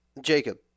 Jacob